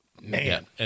Man